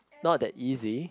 not that easy